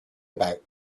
about